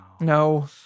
no